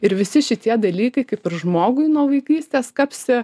ir visi šitie dalykai kaip ir žmogui nuo vaikystės kapsi